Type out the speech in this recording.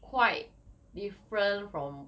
quite different from